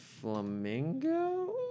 flamingo